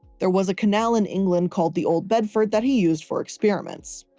there was a canal in england called the old bedford that he used for experiments.